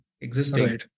existing